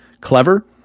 clever